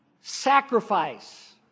sacrifice